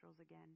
again